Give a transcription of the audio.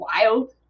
wild